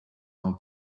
how